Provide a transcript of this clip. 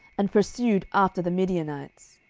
and pursued after the midianites.